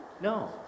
No